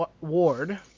ward